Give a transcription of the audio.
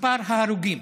מספר ההרוגים: